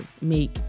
make